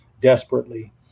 desperately